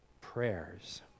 prayers